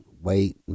wait